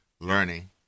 learning